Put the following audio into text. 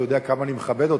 אתה יודע כמה אני מכבד אותך,